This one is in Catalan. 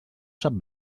sap